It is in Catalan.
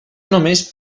només